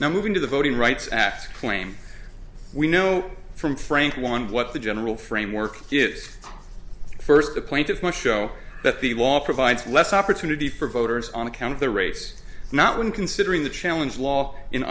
now moving to the voting rights act claim we know from frank one of what the general framework is first the plaintiffs much show that the law provides less opportunity for voters on account of their race not when considering the challenge of law in